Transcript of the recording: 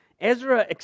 Ezra